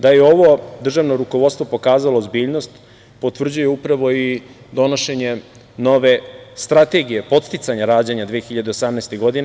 Da je ovo državno rukovodstvo pokazalo ozbiljnost potvrđuje upravo i donošenje nove Strategije podsticanja rađanja 2018. godine.